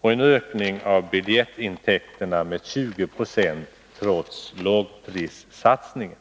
och en ökning av biljettintäk terna med 2076 trots lågprissatsningen.